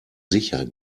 sicher